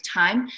time